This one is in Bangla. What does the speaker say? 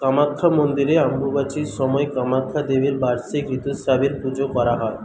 কামাক্ষ্যা মন্দিরে অম্বুবাচীর সময় কামাক্ষ্যা দেবীর বার্ষিক ঋতুস্রাবের পূজা করা হয়